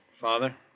Father